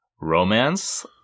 romance